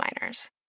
miners